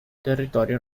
territorio